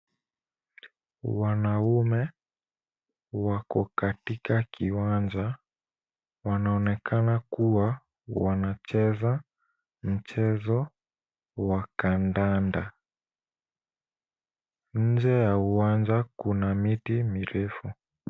Wanaume wako katika kiwanja wanaonekana kuwa wanacheza mchezo wa kandanda. Nje ya uwanja kuna miti mirefu.